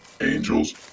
angels